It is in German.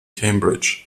cambridge